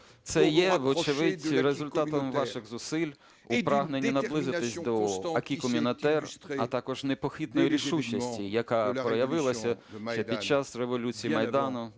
Це є, вочевидь, результатом ваших зусиль у прагненні наблизитись до Acquis communautaire, а також непохитною рішучості, яка проявилася ще під час революції Майдану,